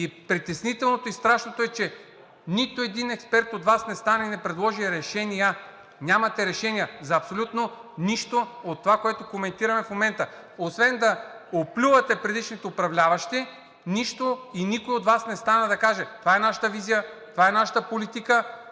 Притеснителното и страшното е, че нито един експерт от Вас не стана и не предложи решения. Нямате решения за абсолютно нищо от това, което коментираме в момента, освен да оплювате предишните управляващи. Нищо и никой от Вас не стана да каже: това е нашата визия, това е нашата политика,